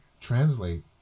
translate